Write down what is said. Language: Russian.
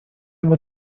его